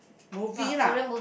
movie lah